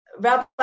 Rabbi